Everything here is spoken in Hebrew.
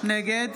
נגד